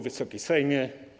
Wysoki Sejmie!